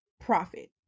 profit